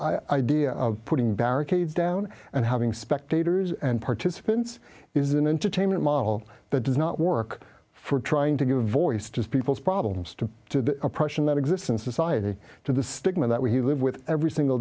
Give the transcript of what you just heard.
idea of putting barricades down and having spectators and participants is an entertainment model that does not work for trying to give voice to people's problems to to oppression that exists in society to the stigma that we live with every single